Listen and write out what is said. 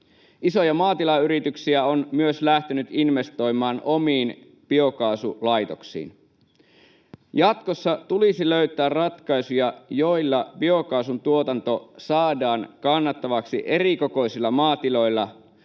Isoja maatilayrityksiä on myös lähtenyt investoimaan omiin biokaasulaitoksiin. Jatkossa tulisi löytää ratkaisuja, joilla biokaasun tuotanto saadaan kannattavaksi erikokoisilla maatiloilla,